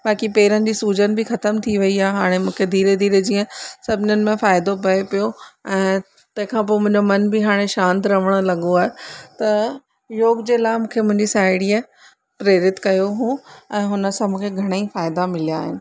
बाक़ी पेरनि जी सूजन बि ख़तमु थी वई आहे हाणे मूंखे धीरे धीरे जीअं सभिनीन मां फ़ाइदो पए पियो ऐं तंहिं खां पोइ मुंहिंजो मन बि हाणे शांति रहणु लॻो आहे त योग जे लाइ मूंखे मुंहिंजी साहेड़ीअ प्रेरित कयो हो ऐं हुन सां मूंखे घणे ई फ़ाइदा मिलिया आहिनि